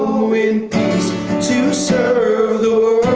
go in peace to serve the